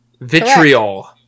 Vitriol